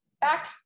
back